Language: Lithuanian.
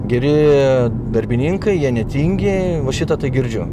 geri darbininkai jie netingi va šitą tai girdžiu